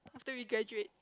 after we graduate